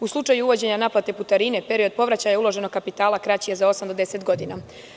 U slučaju uvođenja naplate putarine, period povraćaja uloženog kapitala kraći je za osam do deset godina.